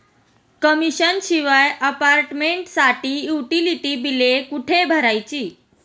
Commission शिवाय अपार्टमेंटसाठी utility बिले कुठे भरायची?